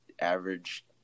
average